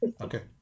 Okay